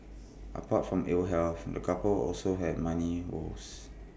apart from ill health the couple also had money woes